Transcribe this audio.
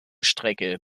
strecke